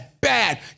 bad